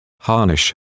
Harnish